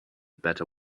better